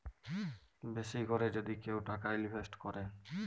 বেশি ক্যরে যদি কেউ টাকা ইলভেস্ট ক্যরে